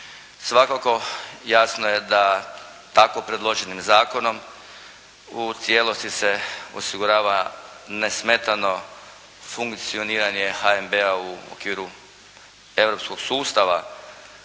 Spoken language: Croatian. Svakako jasno je da tako predloženim zakonom u cijelosti se osigurava nesmetano funkcioniranje HNB-a u okviru europskog sustava